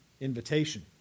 invitation